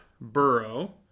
burrow